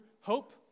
hope